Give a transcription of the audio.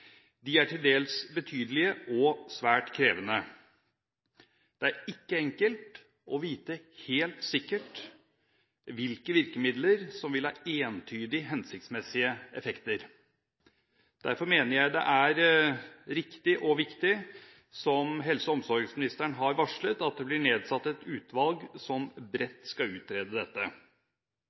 De er til dels betydelige og svært krevende. Det er ikke enkelt å vite helt sikkert hvilke virkemidler som vil ha entydig hensiktsmessige effekter. Derfor mener jeg det er riktig og viktig at det – som helse- og omsorgsministeren har varslet – blir nedsatt et utvalg som bredt skal utrede dette.